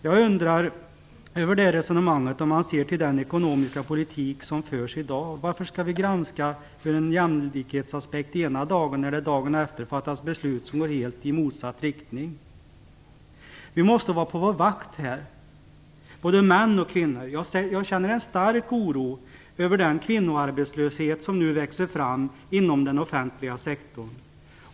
Jag undrar över det resonemanget, om man ser till den ekonomiska politik som förs i dag. Varför skall vi granska ur jämlikhetsaspekt ena dagen när det dagen efter fattas beslut som går helt i motsatt riktning. Vi måste vara på vår vakt - både män och kvinnor. Jag känner en stark oro inför den kvinnoarbetslöshet som nu växer fram inom den offentliga sektorn.